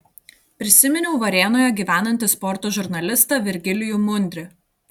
prisiminiau varėnoje gyvenantį sporto žurnalistą virgilijų mundrį